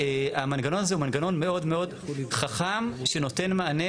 והמנגנון הזה הוא מנגנון מאוד מאוד חכם שנותן מענה